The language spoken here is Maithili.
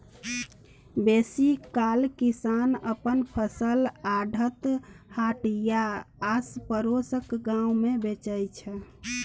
बेसीकाल किसान अपन फसल आढ़त, हाट या आसपरोसक गाम मे बेचै छै